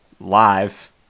live